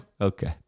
Okay